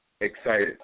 excited